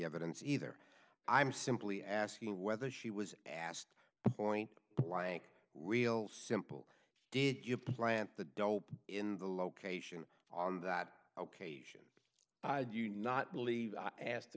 evidence either i'm simply asking whether she was asked point blank real simple did you plant the dog in the location on that occasion i do not believe i asked